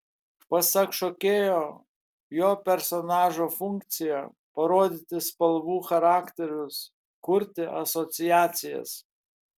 pasak šokėjo jo personažo funkcija parodyti spalvų charakterius kurti asociacijas